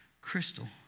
crystal